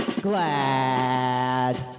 glad